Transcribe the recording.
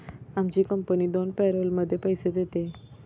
आमची कंपनी दोन पॅरोलमध्ये पैसे देते